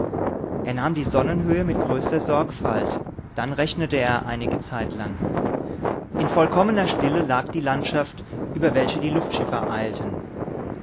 er nahm die sonnenhöhe mit größter sorgfalt dann rechnete er einige zeit lang in vollkommener stille lag die landschaft über welche die luftschiffer eilten